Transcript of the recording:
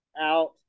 out